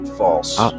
false